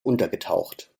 untergetaucht